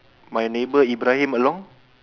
my neighbour Ibrahim along